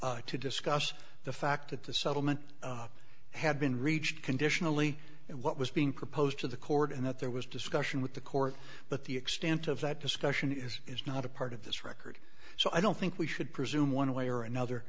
holland to discuss the fact that the settlement had been reached conditionally what was being proposed to the court and that there was discussion with the court but the extent of that discussion is is not a part of this record so i don't think we should presume one way or another